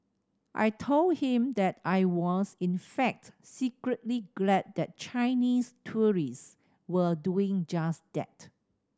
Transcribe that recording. I told him that I was in fact secretly glad that Chinese tourists were doing just that